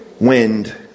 wind